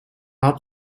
had